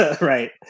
right